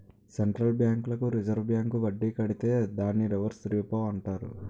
central బ్యాంకులకు reserve bank వడ్డీ కడితే దాన్ని రివర్స్ రెపో అంటారు